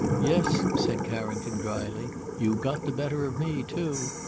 yes! said carrington drily you got the better of me, too.